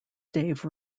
dave